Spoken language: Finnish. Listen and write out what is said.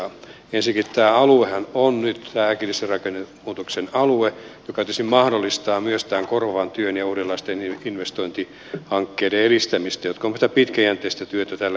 ensinnäkin tämä aluehan on nyt äkillisen rakennemuutoksen alue joka tietysti mahdollistaa myös tämän korvaavan työn ja uudenlaisten investointihankkeiden edistämistä joka on semmoista pitkäjänteistä työtä tälläkin alueella